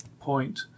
point